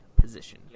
position